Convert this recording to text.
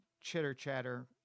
chitter-chatter